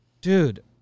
Dude